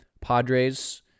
Padres